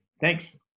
Thanks